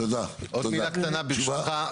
תודה, תשובה.